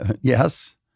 Yes